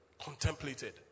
contemplated